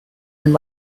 and